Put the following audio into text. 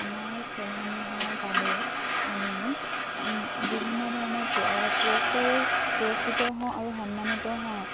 আমাৰ খেলসমূহৰ বাবে আমি বিভিন্ন ধৰণৰ পুৰস্কাৰেও পুৰস্কৃত হওঁ আৰু সন্মানিত হওঁ